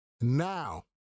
Now